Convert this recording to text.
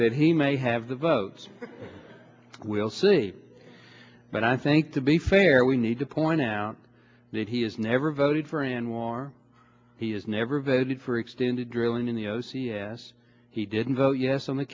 that he may have the votes we'll see but i think to be fair we need to point out that he has never voted for in war he has never voted for extended drilling in the o c s he didn't vote yes on the